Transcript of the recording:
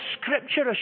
scripture